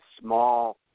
small